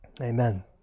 Amen